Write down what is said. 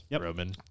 Roman